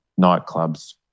nightclubs